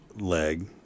leg